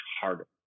harder